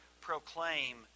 proclaim